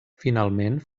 finalment